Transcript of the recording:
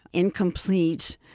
incomplete,